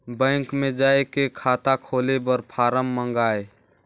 Bank मे जाय के खाता खोले बर फारम मंगाय?